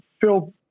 Phil